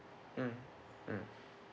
mm mm